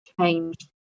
change